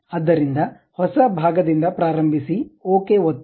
ಆದ್ದರಿಂದ ಹೊಸ ಭಾಗ ದಿಂದ ಪ್ರಾರಂಭಿಸಿ ಓಕೆ ಒತ್ತಿ